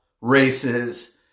races